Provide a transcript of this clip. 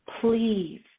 please